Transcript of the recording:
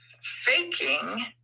faking